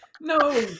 No